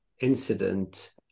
incident